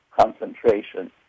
concentration